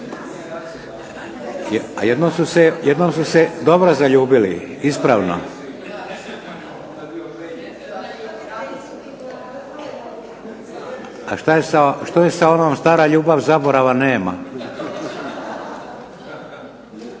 A jednom su se dobro zaljubili ispravno. A što je sa onom stara ljubav zaborava nema.